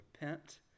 repent